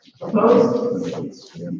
Opposed